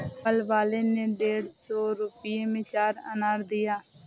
फल वाले ने डेढ़ सौ रुपए में चार अनार दिया